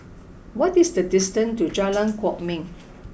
what is the distance to Jalan Kwok Min